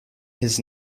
his